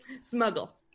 smuggle